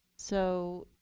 so